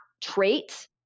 trait